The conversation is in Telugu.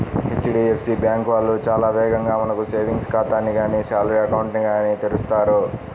హెచ్.డీ.ఎఫ్.సీ బ్యాంకు వాళ్ళు చాలా వేగంగా మనకు సేవింగ్స్ ఖాతాని గానీ శాలరీ అకౌంట్ ని గానీ తెరుస్తారు